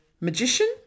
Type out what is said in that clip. magician